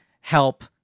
help